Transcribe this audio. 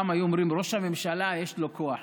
פעם היו אומרים שלראש הממשלה יש כוח.